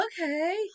okay